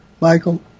Michael